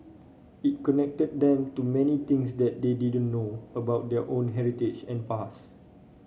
it connected them to many things that they didn't know about their own heritage and past